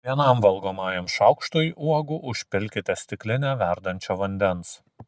vienam valgomajam šaukštui uogų užpilkite stiklinę verdančio vandens